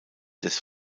des